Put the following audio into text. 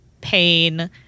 pain